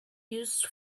used